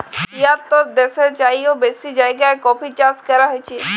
তিয়াত্তর দ্যাশের চাইয়েও বেশি জায়গায় কফি চাষ ক্যরা হছে